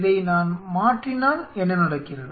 இதை நான் மாற்றினால் என்ன நடக்கிறது